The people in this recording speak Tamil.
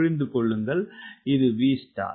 புரிந்துகொள்க இது Vstall